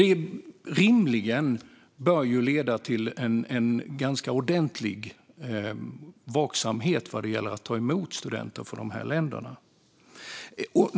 Det bör rimligen leda till en ganska ordentlig vaksamhet vad gäller att ta emot studenter från dessa länder.